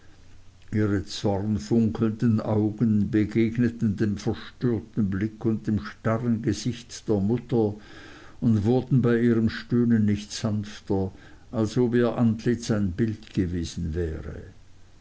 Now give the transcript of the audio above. ihre zornfunkelnden augen begegneten dem verstörten blick und dem starren gesicht der mutter und wurden bei ihrem stöhnen nicht sanfter als ob ihr antlitz ein bild gewesen wäre